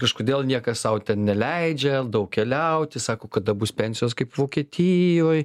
kažkodėl niekas sau neleidžia daug keliauti sako kada bus pensijos kaip vokietijoj